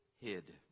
hid